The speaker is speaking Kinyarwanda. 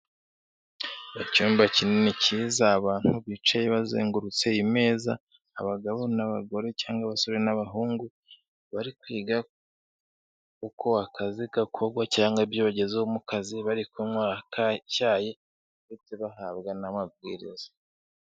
Icyumba kinini cyiza, abantu bicaye bazengurutse imeza, abagabo n'abagore cyangwa abasore n'abahungu, bari kwiga uko akazi gakorwa cyangwa ibyo bagezeho mu kazi, bari kunywa ka cyayi ndetse bahabwa n'amabwiriza.